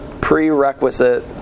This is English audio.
Prerequisite